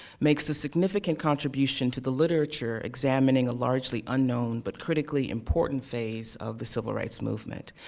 makes a significant contribution to the literature examining a largely unknown, but critically important phase of the civil rights movement.